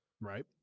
Right